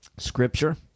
Scripture